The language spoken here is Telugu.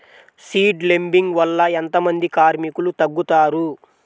సీడ్ లేంబింగ్ వల్ల ఎంత మంది కార్మికులు తగ్గుతారు?